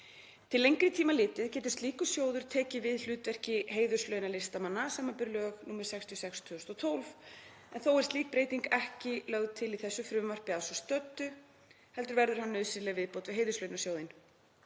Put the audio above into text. Til lengri tíma litið getur slíkur sjóður tekið við hlutverki heiðurslauna listamanna, sbr. lög nr. 66/2012, en þó er slík breyting ekki lögð til í þessu frumvarpi að svo stöddu heldur verður hann nauðsynleg viðbót við heiðurslaunasjóðinn.“